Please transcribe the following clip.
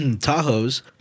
Tahoe's